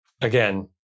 again